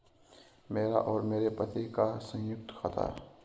मेरा और मेरे पति का संयुक्त खाता है